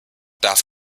darf